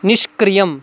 निष्क्रियम्